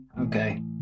okay